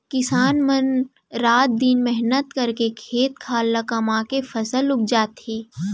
किसान मन रात दिन मेहनत करके खेत खार ल कमाके फसल उपजाथें